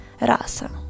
rasa